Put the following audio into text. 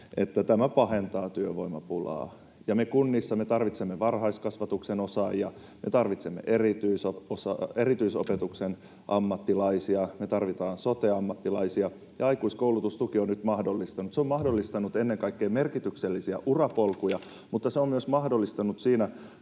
tämä pahentaa työvoimapulaa. Me kunnissa tarvitsemme varhaiskasvatuksen osaajia, me tarvitsemme erityisopetuksen ammattilaisia, me tarvitsemme sote-ammattilaisia. Aikuiskoulutustuki on nyt mahdollistanut ennen kaikkea merkityksellisiä urapolkuja, mutta se on myös mahdollistanut